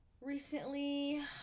recently